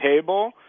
table